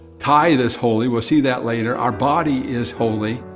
tithe is holy, we'll see that later. our body is holy.